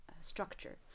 structure